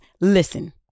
Listen